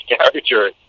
character